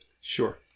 Sure